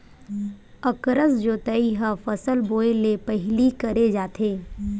अकरस जोतई ह फसल बोए ले पहिली करे जाथे